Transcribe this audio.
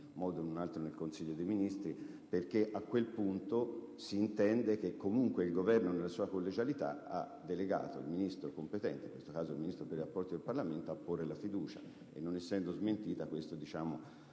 in un altro in quella sede, perché a quel punto si intende che comunque il Governo nella sua collegialità ha delegato il Ministro competente - in questo caso il Ministro per i rapporti con il Parlamento - a porre la fiducia e, non essendo smentita, questa